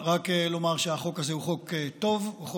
אינה נוכחת, חבר